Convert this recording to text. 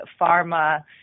pharma